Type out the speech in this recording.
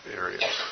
areas